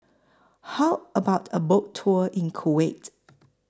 How about A Boat Tour in Kuwait